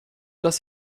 dass